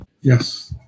Yes